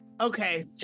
okay